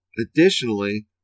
Additionally